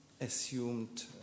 Assumed